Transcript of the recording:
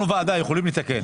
אנחנו ועדה, יכולים לתקן.